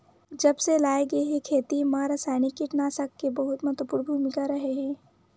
जब से लाए गए हे, खेती मा रासायनिक कीटनाशक के बहुत महत्वपूर्ण भूमिका रहे हे